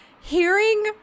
hearing